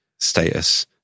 status